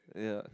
yeah